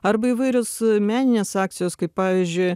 arba įvairios meninės akcijos kaip pavyzdžiui